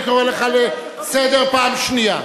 אני קורא לך לסדר פעם שנייה.